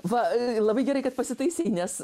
va labai gerai kad pasitaisei nes